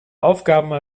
aufgabe